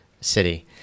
city